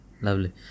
lovely